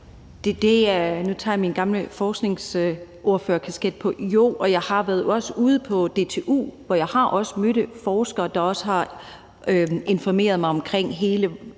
Nu tager jeg min gamle forskningsordførerkasket på. Jo, og jeg har også været ude på DTU, hvor jeg har mødt forskere, der har informeret mig omkring hele